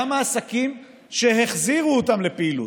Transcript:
שגם העסקים שהחזירו אותם לפעילות,